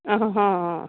ಹಾಂ ಹಾಂ ಹಾಂ ಹಾಂ